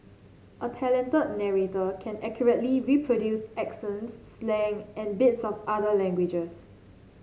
a talented narrator can accurately reproduce accents slang and bits of other languages